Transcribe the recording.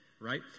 right